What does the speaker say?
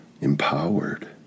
empowered